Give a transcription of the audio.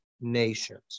nations